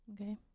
Okay